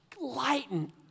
Lighten